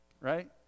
right